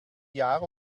jahr